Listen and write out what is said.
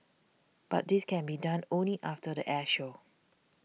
but this can be done only after the air show